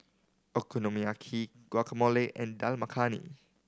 Okonomiyaki Guacamole and Dal Makhani